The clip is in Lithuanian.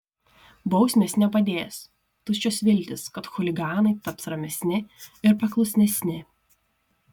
bausmės nepadės tuščios viltys kad chuliganai taps ramesni ir paklusnesni